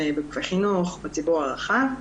בגופי חינוך ובציבור הרחב.